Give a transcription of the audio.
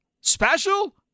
Special